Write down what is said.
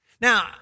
Now